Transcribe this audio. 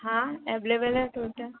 हाँ एवलेवल है टोटल